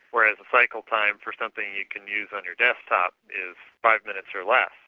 whereas the cycle time for something you can use on your desktop is five minutes or less.